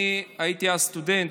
אני הייתי אז סטודנט.